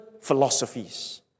philosophies